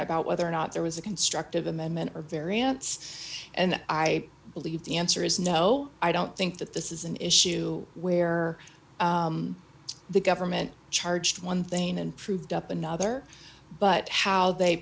about whether or not there was a constructive amendment or variants and i believe the answer is no i don't think that this is an issue where the government charged one thing and proved up another but how they